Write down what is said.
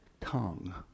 tongue